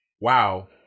wow